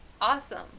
awesome